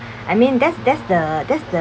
I mean there's there's the there's the